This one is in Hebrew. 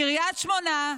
קריית שמונה,